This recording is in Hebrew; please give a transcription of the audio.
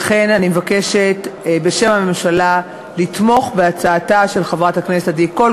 לכן אני מבקשת בשם הממשלה לתמוך בהצעתה של חברת הכנסת עדי קול,